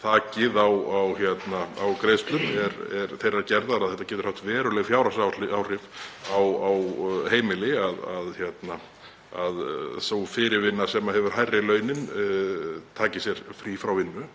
þakið á greiðslur er þeirrar gerðar að það getur haft veruleg fjárhagsleg áhrif á heimili að sú fyrirvinna sem hefur hærri laun taki sér frí frá vinnu.